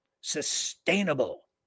Sustainable